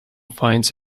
finds